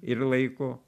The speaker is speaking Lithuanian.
ir laiku